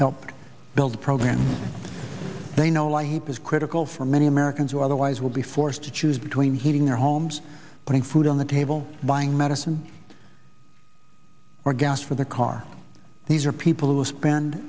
helped build programs they know i hope is critical for many americans who otherwise will be forced to choose between heating their homes putting food on the table buying medicine or gas for the car these are people who will spend